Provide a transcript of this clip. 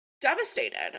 devastated